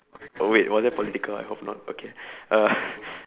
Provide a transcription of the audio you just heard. oh wait was that political I hope not okay uh